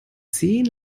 zehn